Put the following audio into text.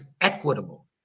equitable